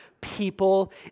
People